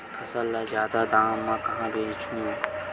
फसल ल जादा दाम म कहां बेचहु?